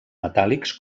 metàl·lics